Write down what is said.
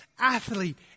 athlete